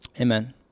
Amen